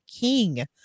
King